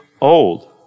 old